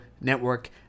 Network